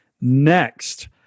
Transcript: Next